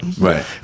Right